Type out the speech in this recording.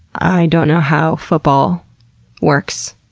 i don't know how football works.